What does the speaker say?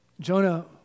Jonah